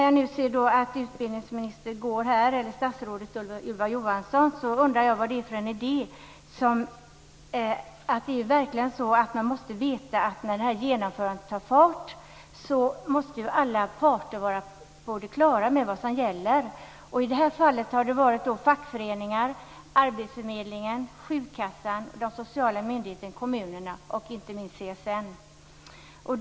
Jag ser nu att statsrådet Ylva Johansson lämnar kammaren. När genomförandet tar fart måste alla parter vara på det klara med vad som gäller. I det här fallet har det varit fackföreningar, arbetsförmedlingen, sjukkassan, de sociala myndigheterna, kommunerna och inte minst CSN.